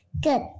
Good